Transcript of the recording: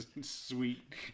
sweet